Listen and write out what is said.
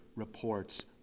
reports